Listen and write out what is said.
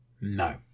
No